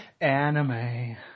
Anime